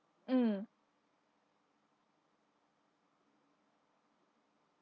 mm